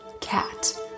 Cat